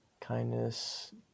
Kindness